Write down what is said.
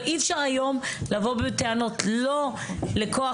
אבל אי אפשר היום לבוא בטענות לא לכוח